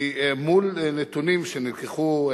כי מול נתונים שנלקחו,